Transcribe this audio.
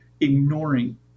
ignoring